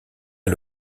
est